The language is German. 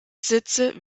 sitze